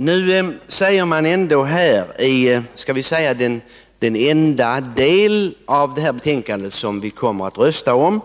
Man fortsätter ändå från socialdemokratiskt håll, i den enda del av detta betänkande som vi kommer att rösta om,